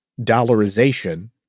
dollarization